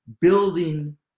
building